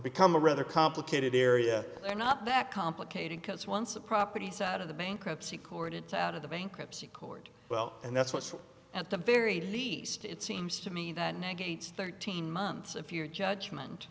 become a rather complicated area they're not that complicated because once the properties out of the bankruptcy court it out of the bankruptcy court well and that's what's at the very least it seems to me that negates thirteen months if your judgment